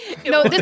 No